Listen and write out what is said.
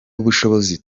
ubushobozi